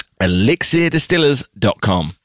elixirdistillers.com